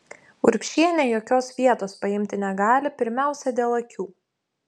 urbšienė jokios vietos paimti negali pirmiausia dėl akių